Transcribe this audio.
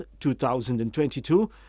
2022